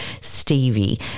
Stevie